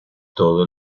todo